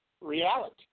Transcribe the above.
reality